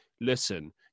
listen